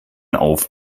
auf